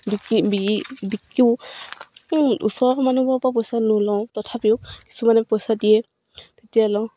বিকি বিকি বিকিও ওচৰৰ মানুহবোৰৰ পৰা পইচা নলওঁ তথাপিও কিছুমানে পইচা দিয়ে তেতিয়া লওঁ